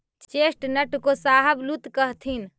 chestnut को शाहबलूत कहथीन